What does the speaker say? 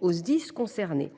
aux Sdis concernés.